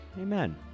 Amen